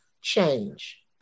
change